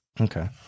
Okay